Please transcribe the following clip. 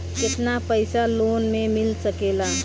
केतना पाइसा लोन में मिल सकेला?